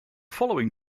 following